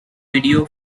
video